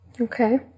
Okay